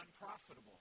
unprofitable